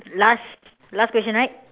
last last question right